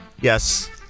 Yes